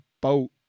boat